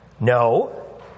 No